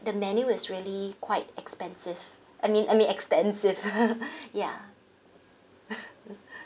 the menu is really quite expansive I mean I mean extensive ya